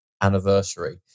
Anniversary